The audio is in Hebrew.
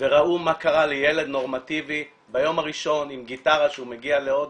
וראו מה קרה לילד נורמטיבי ביום הראשון עם גיטרה שהוא מגיע להודו,